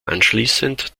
anschließend